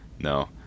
no